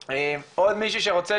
אם יש עוד מישהו שרוצה,